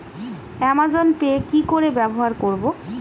Amazon Pay কি করে ব্যবহার করব?